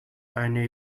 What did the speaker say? eine